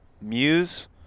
Muse